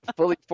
fully